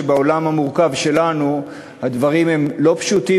בעולם המורכב שלנו הדברים הם לא פשוטים,